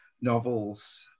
novels